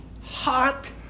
hot